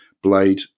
Blade